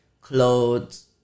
Clothes